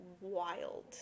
wild